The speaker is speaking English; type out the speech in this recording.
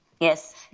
Yes